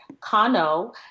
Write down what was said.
Cano